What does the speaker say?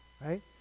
right